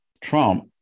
Trump